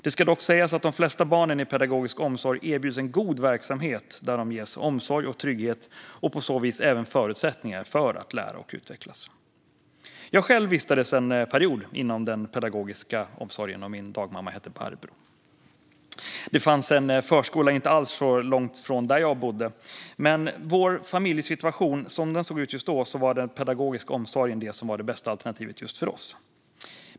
Det ska dock sägas att de flesta barn i pedagogisk omsorg erbjuds en god verksamhet där de ges omsorg och trygghet och på så vis även förutsättningar för att lära och utvecklas. Jag själv vistades en period inom den pedagogiska omsorgen. Min dagmamma hette Barbro. Det fanns en förskola inte alltför långt från där jag bodde, men som vår familjesituation såg ut just då var den pedagogiska omsorgen det bästa alternativet just för oss.